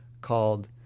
called